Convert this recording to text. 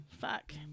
fuck